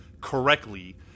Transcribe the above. correctly